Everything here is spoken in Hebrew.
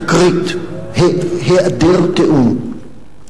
תקרית, היעדר תיאום.